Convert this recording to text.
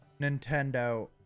Nintendo